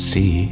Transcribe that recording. See